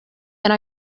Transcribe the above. and